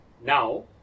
Now